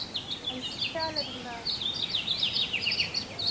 हां जी केह् हाल ऐ तुं'दा